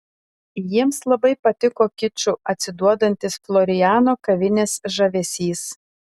jiems labai patiko kiču atsiduodantis floriano kavinės žavesys